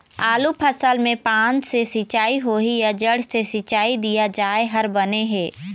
आलू फसल मे पान से सिचाई होही या जड़ से सिचाई दिया जाय हर बने हे?